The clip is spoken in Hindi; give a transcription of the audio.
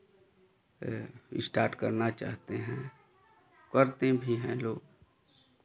स्टार्ट करना चाहते हैं करते भी हैं लोग